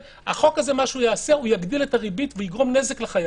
הוא יגדיל את הריבית ויגרום נזק לחייבים.